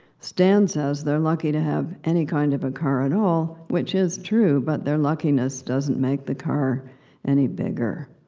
stan says they're lucky to have any kind of a car at all which is true, but their luckiness doesn't make the car any bigger.